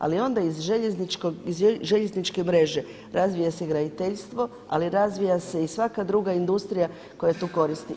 Ali onda iz željezničke mreže razvija se graditeljstvo, ali razvija se i svaka druga industrija koja to koristi.